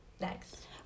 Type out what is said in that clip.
Next